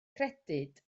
credyd